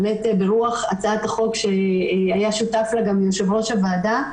ברוח הצעת החוק לה היה שותף גם יושב ראש הוועדה,